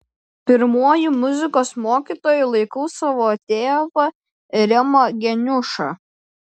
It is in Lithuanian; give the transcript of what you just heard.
pirmuoju muzikos mokytoju laikau savo tėvą rimą geniušą